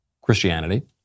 Christianity